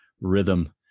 rhythm